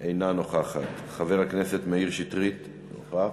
אינה נוכחת, חבר הכנסת מאיר שטרית, נוכח.